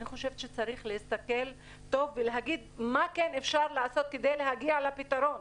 אני חושבת שצריך להסתכל טוב ולהגיד מה כן אפשר לעשות כדי להגיע לפתרון,